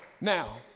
Now